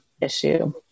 issue